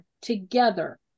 together